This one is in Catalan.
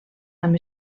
amb